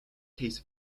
case